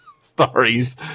stories